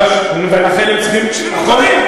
טלב, ולכן, כולם יישובים מוכרים.